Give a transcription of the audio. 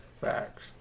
Facts